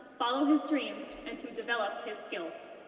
follow his dreams, and to develop his skills.